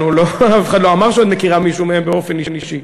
אף אחד לא אמר שאת מכירה מישהו מהם באופן אישי.